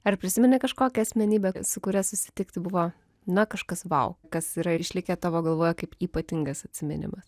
ar prisimeni kažkokią asmenybę su kuria susitikti buvo na kažkas vau kas yra ir išlikę tavo galvoje kaip ypatingas atsiminimas